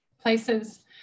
places